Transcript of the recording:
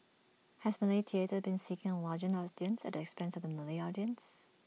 has Malay theatre been seeking the larger audience at the expense of the Malay audience